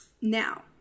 Now